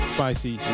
Spicy